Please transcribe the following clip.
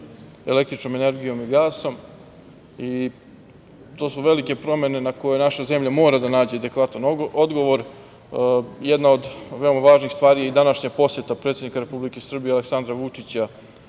električnom energijom i gasom, i to su velike promene, na koje naša zemlja mora da nađe adekvatan odgovor. Jedna od veoma važnih stvari je i današnja poseta predsednika Republike Srbije Aleksandra Vučića,